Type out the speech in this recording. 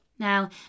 Now